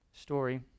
story